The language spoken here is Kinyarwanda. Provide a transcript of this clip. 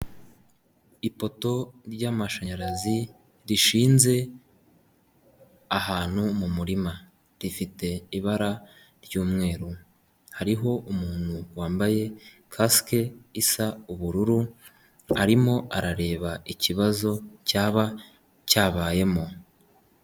Ipoto ry'amashanyarazi rishinze ahantu mu murima rifite ibara ry'umweru, hariho umuntu wambaye Kasike isa ubururu arimo arareba ikibazo cyaba cyabayemo.